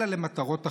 אלא למטרות אחרות.